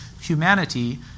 humanity